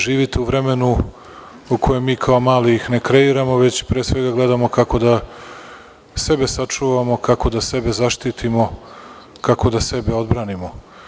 Živite u vremenu u kojem mi kao mali ih ne kreiramo, već pre svega gledamo kako da sebe sačuvamo, kako da sebe zaštitimo, kako da sebe odbranimo.